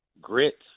Grit